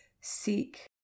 seek